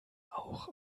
auch